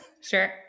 Sure